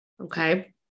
okay